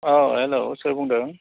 औ हेल्ल' सोर बुंदों